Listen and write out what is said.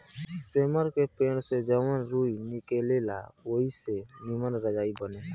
सेमर के पेड़ से जवन रूई निकलेला ओई से निमन रजाई बनेला